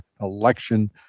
election